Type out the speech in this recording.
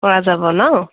পৰা যাব ন